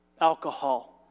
Alcohol